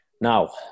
Now